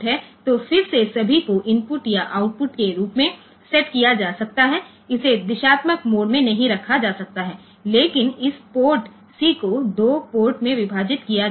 तो फिर से सभी को इनपुट या आउटपुट के रूप में सेटकिया जा सकता है इसे दिशात्मक मोड में नहीं रखा जा सकता है लेकिन इस पोर्ट C को 2 पोर्ट में विभाजित किया जा सकता है